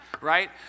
right